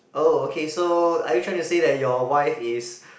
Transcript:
oh okay so are you trying to say that your wife is